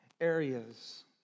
areas